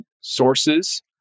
sources